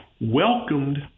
welcomed